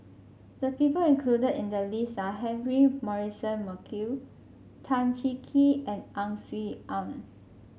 the people included in the list are Humphrey Morrison Burkill Tan Cheng Kee and Ang Swee Aun